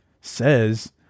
says